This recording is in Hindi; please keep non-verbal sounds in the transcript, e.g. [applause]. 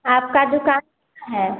आप की दुकान [unintelligible] है